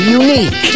unique